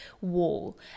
wall